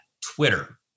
Twitter